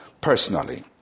personally